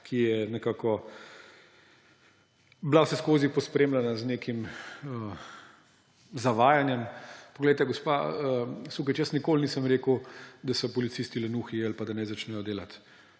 ki je nekako bila vseskozi pospremljena z nekim zavajanjem. Gospa Sukič, jaz nikoli nisem rekel, da so policisti lenuhi ali pa da naj začnejo delati.